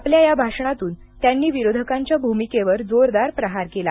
आपल्या या भाषणातून त्यांनी विरोधकांच्या भूमिकेवर जोरदार प्रहार केला